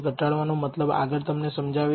ઘટાડવા નો મતલબ આગળ તમને સમજાવીશ